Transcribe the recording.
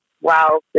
wow